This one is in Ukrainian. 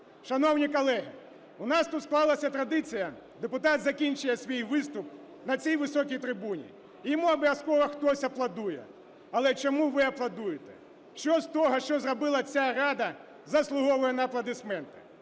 Шановні колеги, у нас тут склалася традиція: депутат закінчує свій виступ на цій високій трибуні, і йому обов'язково хтось аплодує. Але чому ви аплодуєте? Що з того, що зробила ця Рада, заслуговує на аплодисменти?